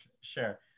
sure